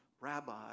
Rabbi